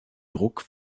druck